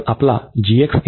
तर आपला आहे